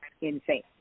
insane